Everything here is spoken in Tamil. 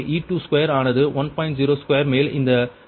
0 ஸ்கொயர் மேல் இந்த 0